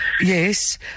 yes